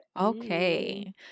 okay